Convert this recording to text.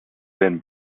been